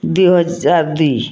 ଦୁଇ ହଜାର ଦୁଇ